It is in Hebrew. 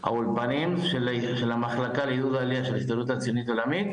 האולפנים של המחלקה לעידוד עלייה של ההסתדרות הציונית העולמית,